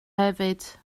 hefyd